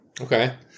Okay